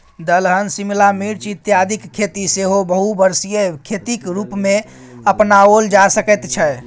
दलहन शिमला मिर्च इत्यादिक खेती सेहो बहुवर्षीय खेतीक रूपमे अपनाओल जा सकैत छै